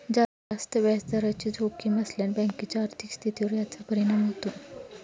जास्त व्याजदराची जोखीम असल्याने बँकेच्या आर्थिक स्थितीवर याचा परिणाम होतो